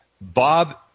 Bob